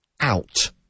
out